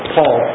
Paul